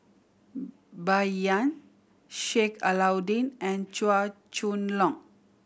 Bai Yan Sheik Alau'ddin and Chua Chong Long